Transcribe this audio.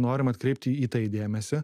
norim atkreipti į tai dėmesį